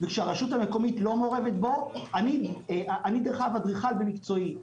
וכשהרשות המקומית לא מעורבת בו אני דרך אגב אדריכל במקצועי.